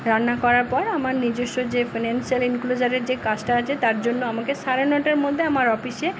রান্না করার পর আমার নিজস্ব যে ফিনানশিয়াল এনক্লোসারের যে কাজটা আছে তার জন্য আমাকে সাড়ে নটার মধ্যে আমার অফিসে